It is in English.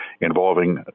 involving